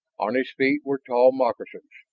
on his feet were tall moccasins,